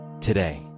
today